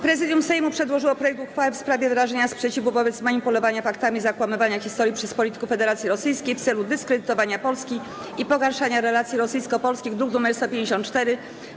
Prezydium Sejmu przedłożyło projekt uchwały w sprawie wyrażenia sprzeciwu wobec manipulowania faktami i zakłamywania historii przez polityków Federacji Rosyjskiej w celu dyskredytowania Polski i pogarszania relacji rosyjsko-polskich, druk nr 154.